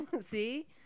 See